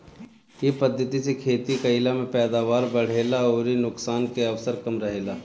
इ पद्धति से खेती कईला में पैदावार बढ़ेला अउरी नुकसान के अवसर कम रहेला